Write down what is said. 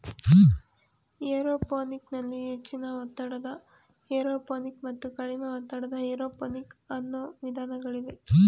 aeroponic ನಲ್ಲಿ ಹೆಚ್ಚಿನ ಒತ್ತಡದ ಏರೋಪೋನಿಕ್ ಮತ್ತು ಕಡಿಮೆ ಒತ್ತಡದ ಏರೋಪೋನಿಕ್ ಅನ್ನೂ ವಿಧಾನಗಳಿವೆ